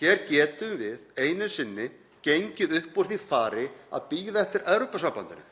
Hér getum við einu sinni gengið upp úr því fari að bíða eftir Evrópusambandinu.